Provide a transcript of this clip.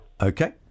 Okay